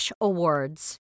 awards